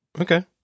Okay